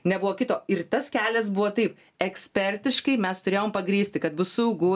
nebuvo kito ir tas kelias buvo tai ekspertiškai mes turėjom pagrįsti kad bus saugu